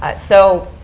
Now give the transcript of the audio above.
ah so